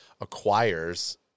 acquires